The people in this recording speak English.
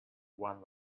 one